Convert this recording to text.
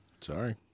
Sorry